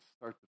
start